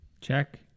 Check